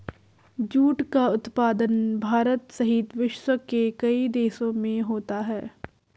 jute का उत्पादन भारत सहित विश्व के कई देशों में होता है